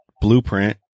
blueprint